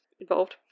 involved